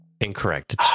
Incorrect